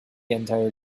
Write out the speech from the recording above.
entire